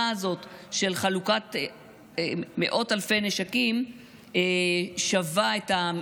הזאת של חלוקת מאות אלפי נשקים שוות את,